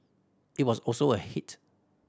it was also a hit